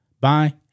Bye